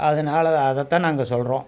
அதனால அதைத்தான் நாங்கள் சொல்கிறோம்